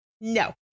no